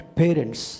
parents